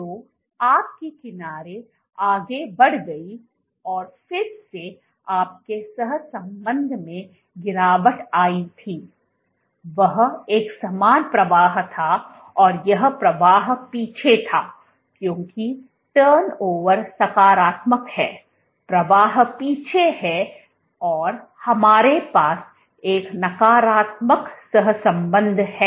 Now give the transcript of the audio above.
तो आपकी किनारे आगे बढ़ गई और फिर से आपके सह संबंध में गिरावट आई थी वह एक समान प्रवाह था और यह प्रवाह पीछे था क्योंकि टर्नओवर सकारात्मक है प्रवाह पीछे है और हमारे पास एक नकारात्मक सहसंबंध है